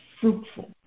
fruitful